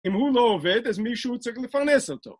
אם הוא לא עובד, אז מישהו צריך לפרנס אותו.